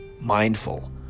mindful